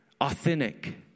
authentic